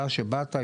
תודה שבאת,